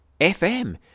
FM